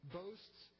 boasts